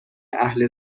اهل